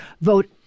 vote